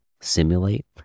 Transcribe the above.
simulate